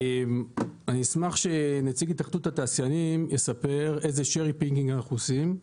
אשמח שנציג התאחדות התעשיינים יספר איזה שרי פיקינג אנחנו עושים,